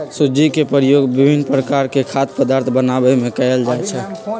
सूज्ज़ी के प्रयोग विभिन्न प्रकार के खाद्य पदार्थ बनाबे में कयल जाइ छै